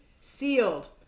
sealed